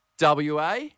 WA